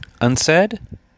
Unsaid